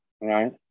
Right